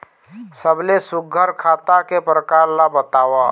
सबले सुघ्घर खाता के प्रकार ला बताव?